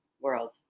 world